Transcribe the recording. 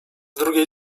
drugiej